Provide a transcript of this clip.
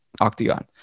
octagon